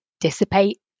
dissipate